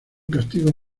castigos